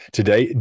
Today